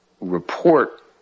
report